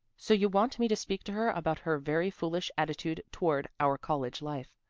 so you want me to speak to her about her very foolish attitude toward our college life.